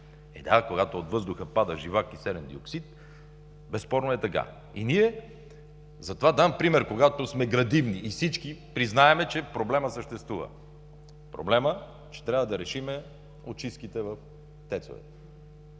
Да, когато от въздуха пада живак и серен диоксид, безспорно е така. Затова давам пример: когато сме градивни и всички признаем, че проблемът съществува, проблемът ще трябва да решим от чистките в ТЕЦ-те.